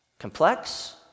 Complex